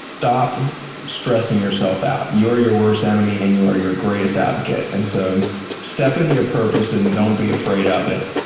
stop stressing yourself out. you are your worst enemy and you are your greatest advocate and so step into your purpose and don't be afraid of it,